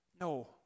No